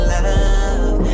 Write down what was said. love